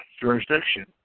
jurisdiction